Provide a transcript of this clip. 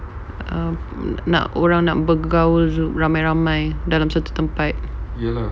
um nak orang nak bergaul ramai-ramai dalam satu tempat